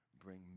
bring